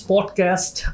Podcast